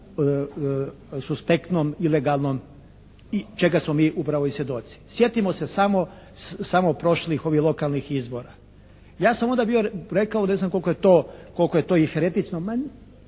suspektnom ilegalnom i čega smo mi upravo i svjedoci. Sjetimo se samo prošlih ovih lokalnih izbora. Ja sam onda bio rekao, ne znam koliko je to i heterično,